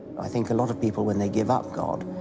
i think a lot of people, when they give up god,